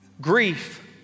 Grief